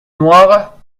noire